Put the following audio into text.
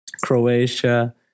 Croatia